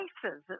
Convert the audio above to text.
places